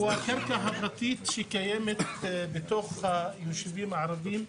הוא הקרקע הפרטית שקיימת בתוך היישובים הערביים,